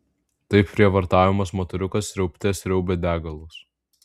taip prievartaujamas motoriukas sriaubte sriaubė degalus